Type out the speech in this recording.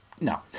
no